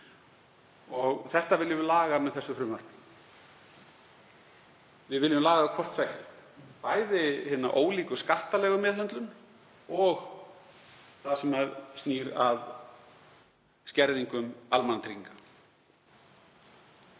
Þetta viljum við laga með þessu frumvarpi. Við viljum laga hvort tveggja, bæði hina ólíku skattalegu meðhöndlun og það sem snýr að skerðingum almannatrygginga.